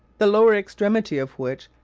the lower extremity of which,